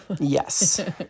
Yes